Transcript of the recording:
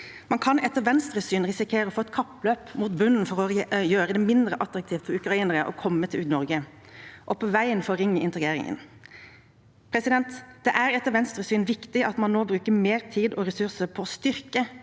Man kan etter Venstres syn risikere å få et kappløp mot bunnen for å gjøre det mindre attraktivt for ukrainere å komme til Norge og på veien forringe integreringen. Det er etter Venstres syn viktig at man nå bruker mer tid og ressurser på å styrke